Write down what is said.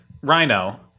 rhino